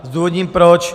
Zdůvodním proč.